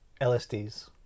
LSDs